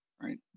right